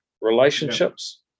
Relationships